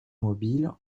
mobile